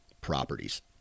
properties